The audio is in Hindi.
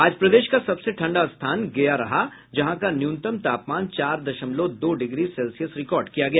आज प्रदेश का सबसे ठंडा स्थान गया रहा जहाँ का न्यूनतम तापमान चार दशमलव दो डिग्री सेल्सियस रिकॉर्ड किया गया